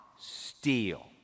steal